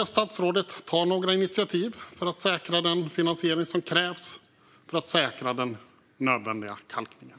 Avser statsrådet att ta några initiativ för att säkra den finansiering som krävs för att säkra den nödvändiga kalkningen?